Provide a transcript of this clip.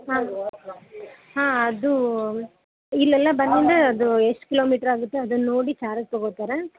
ಹಾಂ ಹಾಂ ಅದು ಇಲ್ಲೆಲ್ಲ ಬಂದು ಅದು ಎಷ್ಟು ಕಿಲೋ ಮೀಟರ್ ಆಗುತ್ತೆ ಅದನ್ನು ನೋಡಿ ಚಾರ್ಜ್ ತಗೋತಾರೆ